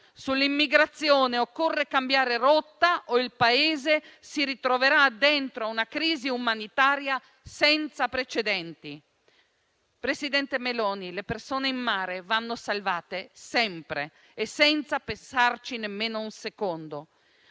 Sull'immigrazione occorre cambiare rotta o il Paese si ritroverà dentro una crisi umanitaria senza precedenti. Presidente Meloni, le persone in mare vanno salvate sempre e senza pensarci nemmeno un secondo.